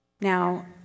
Now